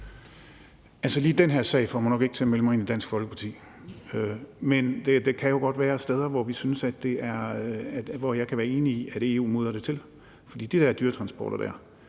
Altså lige den her sag får mig nok ikke til at melde mig ind i Dansk Folkeparti. Men der kan jo godt være områder, hvor jeg kan være enig i, at EU mudrer det til, for de der dyretransporter er